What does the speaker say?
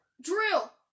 Drill